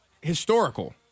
historical